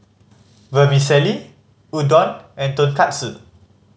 Vermicelli Udon and Tonkatsu